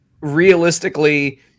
realistically